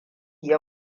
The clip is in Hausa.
ya